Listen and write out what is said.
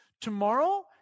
Tomorrow